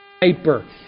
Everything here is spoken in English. paper